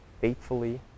faithfully